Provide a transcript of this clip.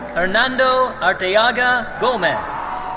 hernando arteaga gomez.